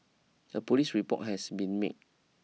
a police report has been made